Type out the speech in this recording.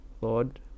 Lord